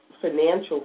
financial